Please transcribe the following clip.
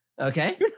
Okay